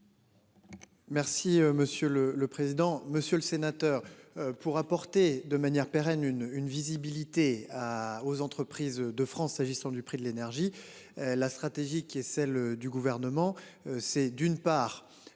Merci monsieur le le président, monsieur le sénateur, pour apporter de manière pérenne une une visibilité à aux entreprises de France s'agissant du prix de l'énergie. La stratégie qui est celle du gouvernement c'est d'une part.